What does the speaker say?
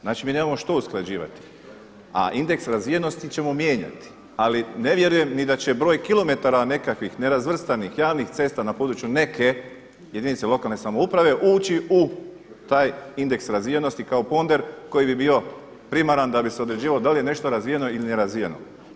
Znači mi nemamo što usklađivati a indeks razvijenosti ćemo mijenjati ali ne vjerujem ni da će broj kilometara nekakvih nerazvrstanih, javnih cesta na području neke jedinice lokalne samouprave ući u taj indeks razvijenosti kao ponder koji bi bio primaran da bi se određivalo da li je nešto razvijeno ili nerazvijeno.